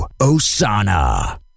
Osana